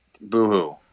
boo-hoo